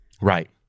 Right